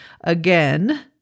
again